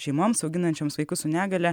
šeimoms auginančioms vaikus su negalia